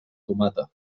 tomata